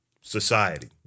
society